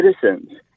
citizens